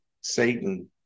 Satan